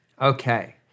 Okay